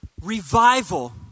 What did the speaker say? revival